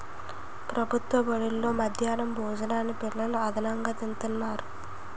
ప్రభుత్వ బడుల్లో మధ్యాహ్నం భోజనాన్ని పిల్లలు ఆనందంగా తింతన్నారు